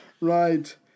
Right